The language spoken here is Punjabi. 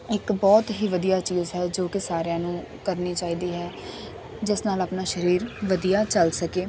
ਇੱਕ ਬਹੁਤ ਹੀ ਵਧੀਆ ਚੀਜ਼ ਹੈ ਜੋ ਕਿ ਸਾਰਿਆਂ ਨੂੰ ਕਰਨੀ ਚਾਹੀਦੀ ਹੈ ਜਿਸ ਨਾਲ ਆਪਣਾ ਸਰੀਰ ਵਧੀਆ ਚੱਲ ਸਕੇ